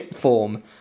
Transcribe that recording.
form